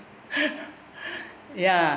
ya